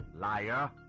Liar